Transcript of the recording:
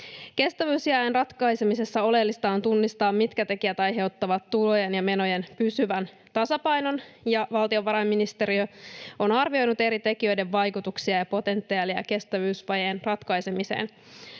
Kestävyysvajeen ratkaisemisessa oleellista on tunnistaa, mitkä tekijät aiheuttavat tulojen ja menojen pysyvän tasapainon, ja valtiovarainministeriö on arvioinut eri tekijöiden vaikutuksia ja potentiaalia kestävyysvajeen ratkaisemiseen.